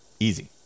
Easy